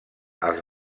als